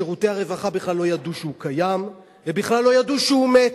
שירותי הרווחה בכלל לא ידעו שהוא קיים ובכלל לא ידעו שהוא מת.